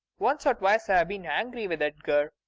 once or twice i've been angry with edgar.